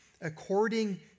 according